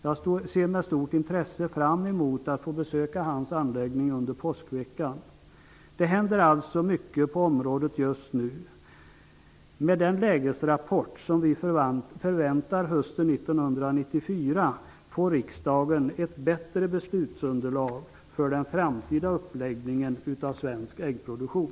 Jag ser med stort intresse fram emot att få besöka hans anläggning i påskveckan. Det händer mycket på området just nu. Med den lägesrapport som vi väntar hösten 1994 får riksdagen ett bättre beslutsunderlag för den framtida uppläggningen av svensk äggproduktion.